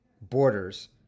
borders